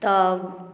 तऽ